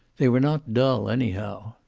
they were not dull, anyhow.